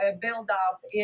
build-up